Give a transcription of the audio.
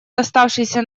доставшийся